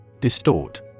Distort